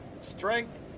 Strength